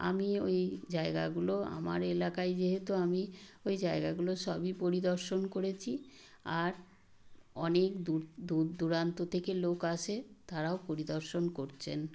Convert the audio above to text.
আমি ওই জায়গাগুলো আমার এলাকায় যেহেতু আমি ওই জায়গাগুলো সবই পরিদর্শন করেছি আর অনেক দূর দূর দূরান্ত থেকে লোক আসে তারাও পরিদর্শন করছেন